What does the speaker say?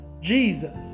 Jesus